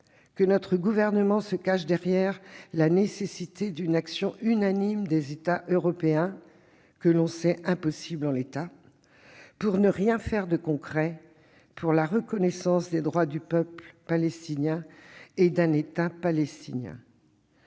que notre gouvernement se cache derrière la nécessité d'une action unanime des États européens, que l'on sait impossible en l'état, pour ne rien faire de concret pour la reconnaissance des droits du peuple palestinien et d'un État palestinien.